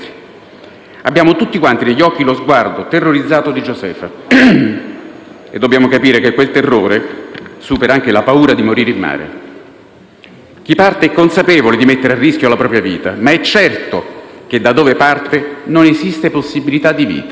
Abbiamo tutti negli occhi lo sguardo terrorizzato di Josefa e dobbiamo capire che quel terrore supera anche la paura di morire in mare. Chi parte è consapevole di mettere a rischio la propria vita, ma è certo che, da dove parte, non esiste possibilità di vita.